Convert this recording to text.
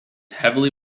heavily